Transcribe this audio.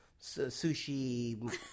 sushi –